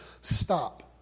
stop